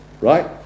right